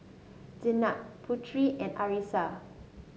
Jenab Putri and Arissa